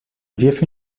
wirf